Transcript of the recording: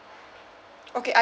okay I